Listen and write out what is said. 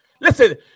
Listen